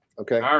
okay